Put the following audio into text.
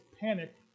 panic